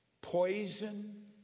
poison